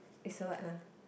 it's a what ah